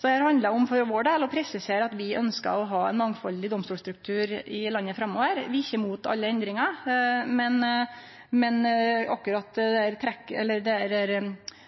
Så dette handlar for vår del om å presisere at vi ønskjer å ha ein mangfaldig domstolsstruktur i landet framover. Vi er ikkje imot alle endringar, men akkurat